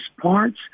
parts